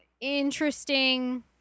interesting